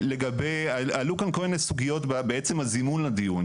עלו כאן כל מיני סוגיות בעצם הזימון לדיון,